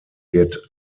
wird